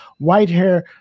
Whitehair